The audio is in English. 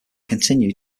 continue